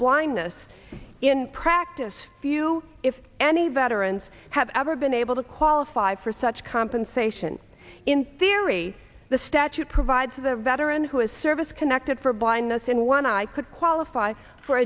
blindness in practice few if any veterans have ever been able to qualify for such compensation in theory the statute provides of a veteran who has service connected for blindness in one eye could qualify for